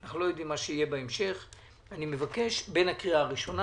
אנחנו לא יודעים מה יהיה בהמשך ואני מבקש בין הקריאה הראשונה